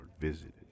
visited